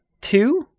two